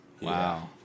Wow